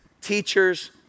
teachers